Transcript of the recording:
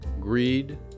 greed